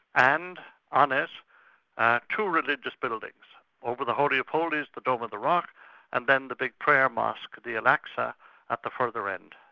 and on it, are two religious buildings over the holy of holies, the dome of the rock and then the big prayer mosque, the al-aqsa at the further end.